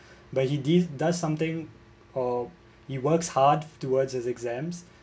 but he di~ does something or he works hard towards his exams